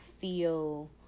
feel